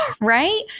Right